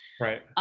right